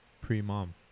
pre-mom